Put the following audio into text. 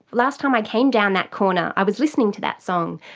last time i came down that corner i was listening to that song.